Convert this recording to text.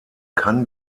kann